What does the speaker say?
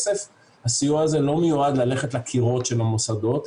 הסיוע הזה לא מיועד ללכת לקירות של המוסדות,